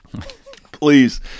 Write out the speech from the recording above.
Please